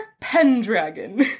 Pendragon